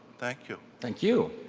thank you. thank you.